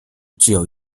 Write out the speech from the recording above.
具有